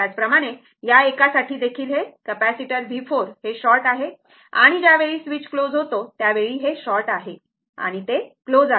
त्याचप्रमाणे या एकासाठी देखील हे कॅपेसिटर V4 हे शॉर्ट आहे आणि ज्यावेळी स्विच क्लोज होतो त्यावेळी हे शॉर्ट आहे आणि ते क्लोज आहे